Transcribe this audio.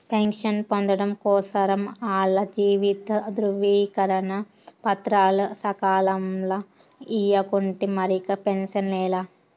pension పొందడం కోసరం ఆల్ల జీవిత ధృవీకరన పత్రాలు సకాలంల ఇయ్యకుంటే మరిక పెన్సనే లా